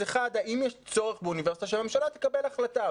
אם יש צורך באוניברסיטה, שהממשלה תקבל החלטה.